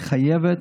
וחייבת,